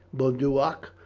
boduoc,